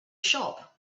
shop